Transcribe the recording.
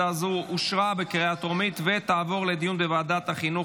אושרה בקריאה הטרומית ותעבור לדיון בוועדת החינוך,